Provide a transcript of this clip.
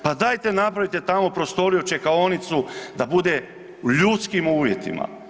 Pa dajte napravite tamo prostoriju, čekaonicu, da bude u ljudskim uvjetima.